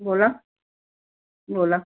बोला बोला